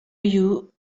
you